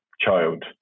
child